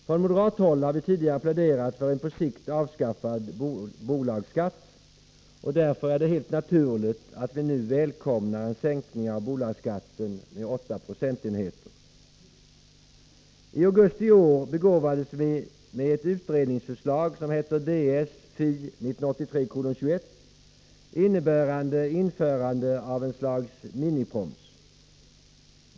Från moderat håll har vi tidigare pläderat för en på sikt avskaffad bolagsskatt, och därför är det helt naturligt att vi nu välkomnar en sänkning av bolagsskatten med 8 procentenheter. I augusti i år begåvades vi med ett utredningsförslag, Ds Fi 1983:21, innebärande införande av en sorts miniproms.